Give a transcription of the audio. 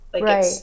Right